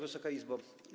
Wysoka Izbo!